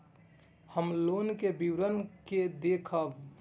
हम लोन के विवरण के देखब?